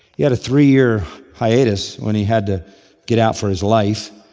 he had a three year hiatus when he had to get out for his life,